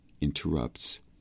interrupts